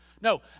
No